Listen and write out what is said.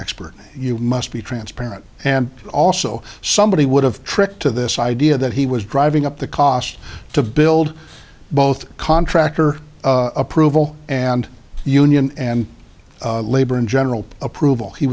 expert you must be transparent and also somebody would have tricked to this idea that he was driving up the cost to build both contractor approval and union and labor in general approval he